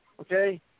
okay